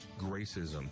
Gracism